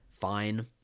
fine